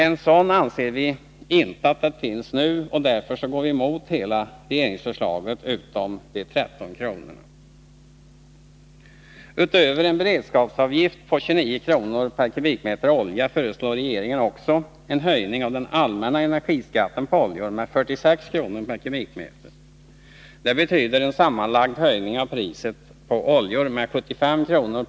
Vi anser att det inte finns någon sådan nu, och därför går vi emot hela regeringsförslaget utom när det gäller de 13 kronorna. Utöver en beredskapsavgift på 29 kr. per kubikmeter olja föreslår regeringen också en höjning av den allmänna energiskatten på oljor med 46 kr. per kubikmeter. Det betyder en sammanlagd höjning av priset på oljor med 75 kr.